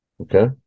okay